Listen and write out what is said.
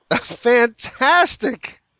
Fantastic